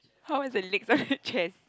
how is the legs of the chairs